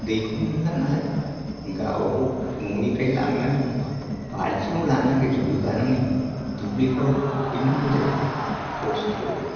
दैखौ मोनला नालाय गावबा गाव न'निफ्राइ लांनानै बाल्थिंआव लानानै रोगानानै दुब्लिफ्राव हैनांगौ जायो खस्थ'